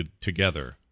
together